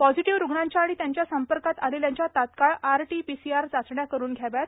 positive रुग्णांच्या आणि त्यांच्या संपर्कात आलेल्यांच्या तात्काळ आरटीपीसीआर चाचण्या करून घ्याव्यात